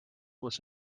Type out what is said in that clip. was